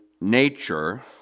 nature